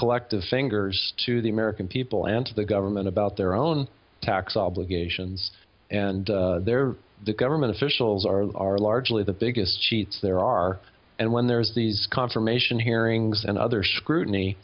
collective fingers to the american people and to the government about their own tax obligations and they're the government officials are are largely the biggest cheats there are and when there is these confirmation hearings and other scrutiny